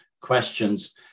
questions